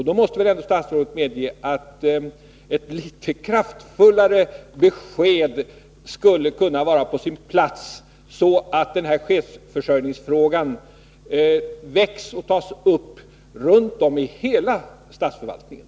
Då måste väl ändå statsrådet medge att litet kraftfullare besked skulle kunna vara på sin plats, så att chefsförsörjningsfrågan väcks och tas upp runtom i hela statsförvaltningen.